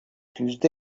yüzde